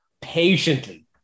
patiently